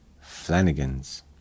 Flanagan's